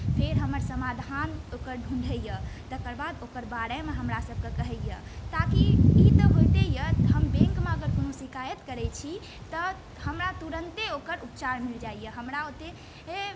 फेर हमर समाधान ओकर ढूंढैए तकर बाद ओकर बारेमे हमरा सभकेँ कहैए ताकि ई तऽ होइते यए हम बैंकमे अगर कोनो शिकायत करैत छी तऽ हमरा तुरन्ते ओकर उपचार मिल जाइए हमरा ओतेक